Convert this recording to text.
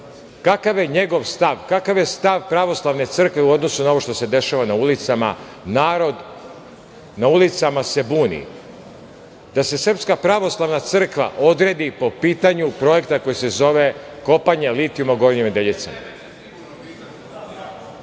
kakav je njegov stav, kakav je stav Pravoslavne crkve u odnosu na ovo što se dešava na ulicama? Narod na ulicama se buni. Da se Srpska pravoslavna crkva odredi po pitanju projekta koji se zove kopanje litijuma u Gornjim